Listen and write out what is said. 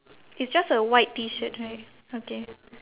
it's just a white T-shirt right okay